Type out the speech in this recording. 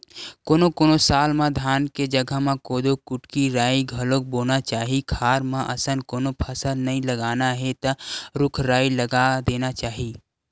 कोनो कोनो साल म धान के जघा म कोदो, कुटकी, राई घलोक बोना चाही खार म अइसन कोनो फसल नइ लगाना हे त रूख राई लगा देना चाही